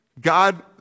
God